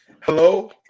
hello